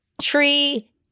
tree